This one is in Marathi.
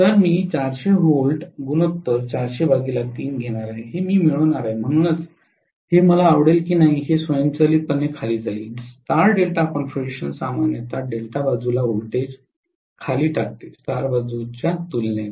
तर मी 400 V घेणार आहे हे मी मिळवणार आहे म्हणूनच हे मला आवडेल की नाही हे स्वयंचलितपणे खाली जाईल स्टार डेल्टा कॉन्फिगरेशन सामान्यत डेल्टा बाजूला व्होल्टेज खाली टाकते स्टार बाजूच्या तुलनेत